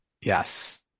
yes